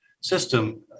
system